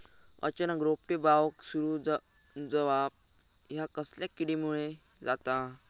अचानक रोपटे बावाक सुरू जवाप हया कसल्या किडीमुळे जाता?